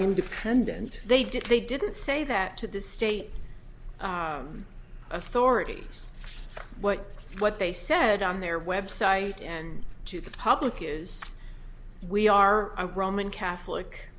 independent they did they didn't say that to the state authorities what what they said on their website and to the public is we are a roman catholic